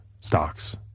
stocks